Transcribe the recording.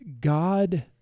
God